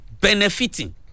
benefiting